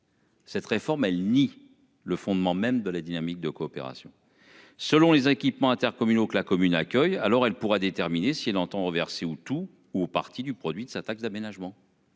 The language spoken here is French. Cette réforme elle ni le fondement même de la dynamique de coopération. Selon les équipements intercommunaux que la commune accueille alors elle pourra déterminer si elle entend renverser ou tout ou partie du produit de sa taxe d'aménagement.